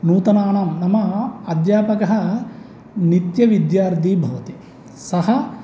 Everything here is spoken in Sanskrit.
नूतणानां नाम अध्यापकः नित्य विद्यार्थी भवति सः